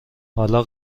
حالا